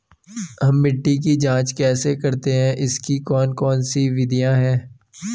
हम मिट्टी की जांच कैसे करते हैं इसकी कौन कौन सी विधियाँ है?